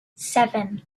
seven